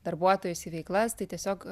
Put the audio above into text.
darbuotojus į veiklas tai tiesiog